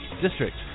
district